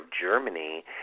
Germany